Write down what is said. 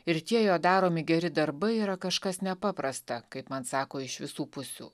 ir tie jo daromi geri darbai yra kažkas nepaprasta kaip man sako iš visų pusių